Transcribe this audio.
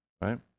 right